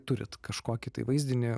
turite kažkokį tai vaizdinį